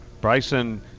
Bryson